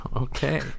Okay